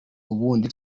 ubundi